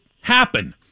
happen